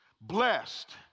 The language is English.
Blessed